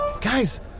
Guys